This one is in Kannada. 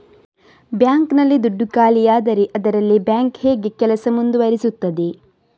ಬ್ಯಾಂಕ್ ನಲ್ಲಿ ದುಡ್ಡು ಖಾಲಿಯಾದರೆ ಅದರಲ್ಲಿ ಬ್ಯಾಂಕ್ ಹೇಗೆ ಕೆಲಸ ಮುಂದುವರಿಸುತ್ತದೆ?